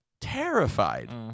terrified